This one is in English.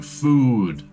food